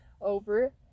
over